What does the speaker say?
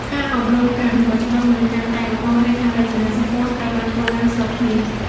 ការអប់រំ ការអនុវត្តច្បាប់ និងការកែលម្អហេដ្ឋារចនាសម្ព័ន្ធត្រូវបានធ្វើឡើងស្របគ្នា។